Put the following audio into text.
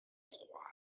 trois